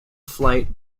flight